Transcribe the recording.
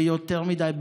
ויותר מדי,